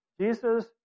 Jesus